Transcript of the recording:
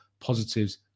positives